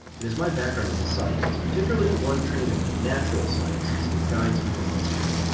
it is my background as a scientist, particularly one trained in the natural sciences, that guides me the most here.